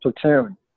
platoon